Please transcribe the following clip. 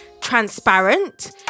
transparent